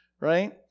right